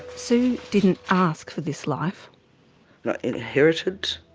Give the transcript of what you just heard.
sue didn't ask for this life. i inherited